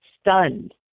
stunned